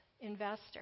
investor